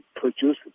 produce